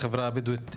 בחברה הבדואית,